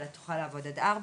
אלא תוכל לעבוד עד ארבע,